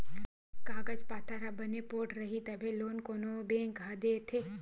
कागज पाथर ह बने पोठ रइही तभे लोन कोनो बेंक ह देथे